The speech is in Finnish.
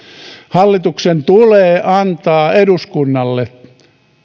hallituksen tulee antaa eduskunnalle